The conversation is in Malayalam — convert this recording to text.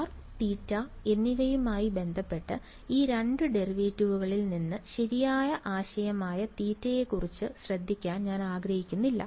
ആർ തീറ്റ എന്നിവയുമായി ബന്ധപ്പെട്ട് ഈ രണ്ട് ഡെറിവേറ്റീവുകളിൽ നിന്ന് ശരിയായ ആശയമായ തീറ്റയെക്കുറിച്ച് ശ്രദ്ധിക്കാൻ ഞാൻ ആഗ്രഹിക്കുന്നില്ല